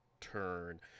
turn